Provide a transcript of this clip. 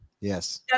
yes